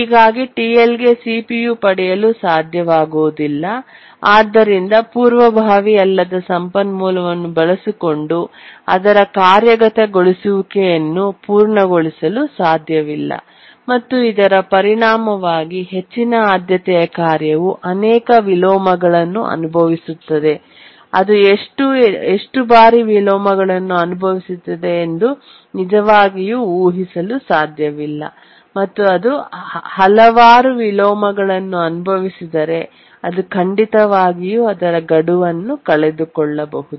ಹೀಗಾಗಿ TL ಗೆ CPU ಪಡೆಯಲು ಸಾಧ್ಯವಾಗುವುದಿಲ್ಲ ಆದ್ದರಿಂದ ಪೂರ್ವಭಾವಿ ಅಲ್ಲದ ಸಂಪನ್ಮೂಲವನ್ನು ಬಳಸಿಕೊಂಡು ಅದರ ಕಾರ್ಯಗತಗೊಳಿಸುವಿಕೆಯನ್ನು ಪೂರ್ಣಗೊಳಿಸಲು ಸಾಧ್ಯವಿಲ್ಲ ಮತ್ತು ಇದರ ಪರಿಣಾಮವಾಗಿ ಹೆಚ್ಚಿನ ಆದ್ಯತೆಯ ಕಾರ್ಯವು ಅನೇಕ ವಿಲೋಮಗಳನ್ನು ಅನುಭವಿಸುತ್ತದೆ ಮತ್ತು ಅದು ಎಷ್ಟು ಬಾರಿ ವಿಲೋಮಗಳನ್ನು ಅನುಭವಿಸುತ್ತದೆ ಎಂದು ನಿಜವಾಗಿಯೂ ಊಹಿಸಲು ಸಾಧ್ಯವಿಲ್ಲ ಮತ್ತು ಅದು ಹಲವಾರು ವಿಲೋಮಗಳನ್ನು ಅನುಭವಿಸಿದರೆ ಅದು ಖಂಡಿತವಾಗಿಯೂ ಅದರ ಗಡುವನ್ನು ಕಳೆದುಕೊಳ್ಳಬಹುದು